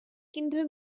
quinze